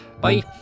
Bye